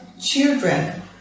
children